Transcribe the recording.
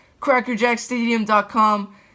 crackerjackstadium.com